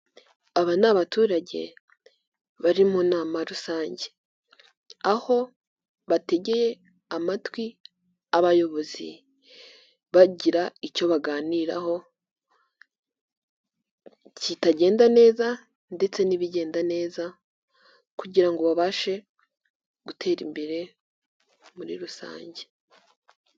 Aba ni abaturage bari mu nama rusange, aho bategeye amatwi abayobozi bagira icyo baganiraho kitagenda neza ndetse n'ibigenda neza kugira ngo babashe gutera imbere muri rusange.